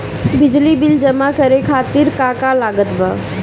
बिजली बिल जमा करे खातिर का का लागत बा?